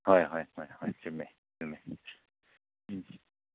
ꯍꯣꯏ ꯍꯣꯏ ꯍꯣꯏ ꯍꯣꯏ ꯆꯨꯝꯃꯤ ꯆꯨꯝꯃꯤ ꯎꯝ